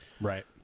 Right